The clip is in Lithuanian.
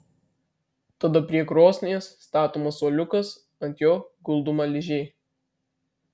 tada prie krosnies statomas suoliukas ant jo guldoma ližė